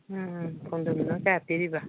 ꯎꯝ ꯎꯝ ꯈꯣꯡꯗ꯭ꯔꯨꯝꯗꯨꯅ ꯀꯌꯥ ꯄꯤꯔꯤꯕ